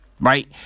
Right